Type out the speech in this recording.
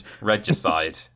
Regicide